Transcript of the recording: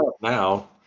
now